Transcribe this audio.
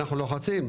אנחנו לוחצים.